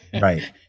Right